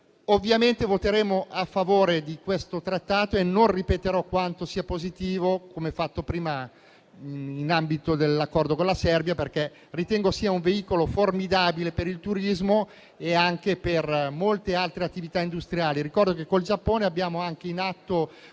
Ovviamente voteremo a favore di questo Accordo e non ripeterò quanto sia positivo, come fatto prima durante l'esame di quello con la Serbia, perché ritengo sia un veicolo formidabile per il turismo e anche per molte altre attività industriali. Ricordo che con il Giappone abbiamo anche in atto